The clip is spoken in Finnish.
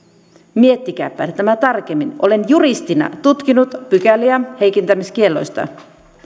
miettikääpä tämä tarkemmin olen juristina tutkinut pykäliä heikentämiskielloista